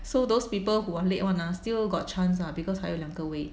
so those people who are late [one] ah still got chance lah because 还有两个位